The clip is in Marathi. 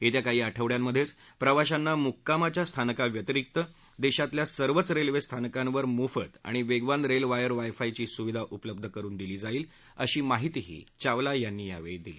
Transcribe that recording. येत्या काही आठवड्यांमध्येच प्रवाशांना मुक्कामाच्या स्थानकाव्यतिरीक्त देशातल्या सर्वच रेल्वे स्थानकांवर मोफत आणि वेगवान रेल वायर वाय फायची सुविधा उपलब्ध करून दिली जाईल अशी माहितीही चावला यांनी दिली